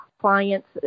clients